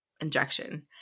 Injection